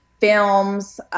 films